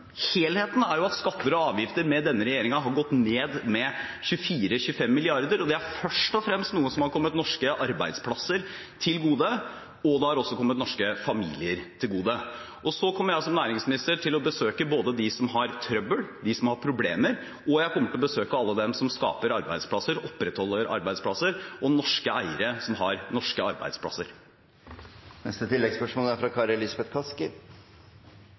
helheten – er at skatter og avgifter med denne regjeringen har gått ned med 24–25 mrd. kr. Det er først og fremst noe som har kommet norske arbeidsplasser til gode, og det har også kommet norske familier til gode. Jeg kommer som næringsminister til å besøke både de som har trøbbel, de som har problemer, og alle dem som skaper arbeidsplasser, opprettholder arbeidsplasser, og norske eiere som har norske arbeidsplasser. Kari Elisabeth Kaski – til oppfølgingsspørsmål. Mitt spørsmål er